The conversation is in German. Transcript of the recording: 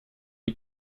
die